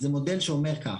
הוא מודל שאומר כך,